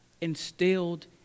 instilled